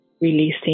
releasing